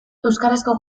euskarazko